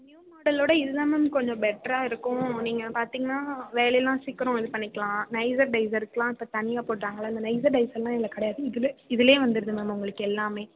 new மாடலோடு இது தான் கொஞ்சம் பெட்டராக இருக்கும் நீங்கள் பார்த்திங்கன்னா வேலையெல்லாம் சீக்கிரம் வந்து பண்ணிக்கலாம் நைஸர் டைஸர்கெலாம் இப்போ தனியாக போட்டாகள்லை அந்த நைஸர் டைஸரெலாம் இதில் கிடையாது இதிலே இதிலையே வந்துடுது மேம் உங்களுக்கு எல்லாம்